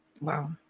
Wow